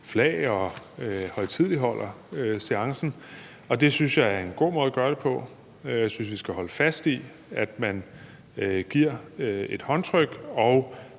flag og højtideligholder seancen. Det synes jeg er en god måde at gøre det på, og jeg synes, vi skal holde fast i, at man giver et håndtryk.